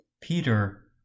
Peter